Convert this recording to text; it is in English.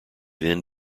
then